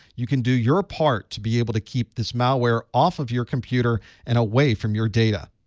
you can do your ah part to be able to keep this malware off of your computer and away from your data.